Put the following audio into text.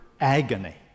agony